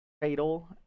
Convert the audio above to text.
Fatal